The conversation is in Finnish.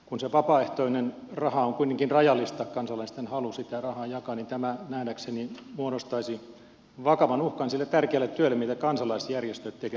kun se vapaaehtoinen raha on kuitenkin rajallista kansalaisten halu sitä rahaa jakaa niin tämä nähdäkseni muodostaisi vakavan uhkan sille tärkeälle työlle mitä kansalaisjärjestöt tekevät nyt